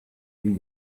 you